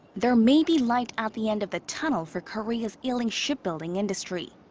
there may be light at the end of the tunnel for korea's ailing shipbuilding industry.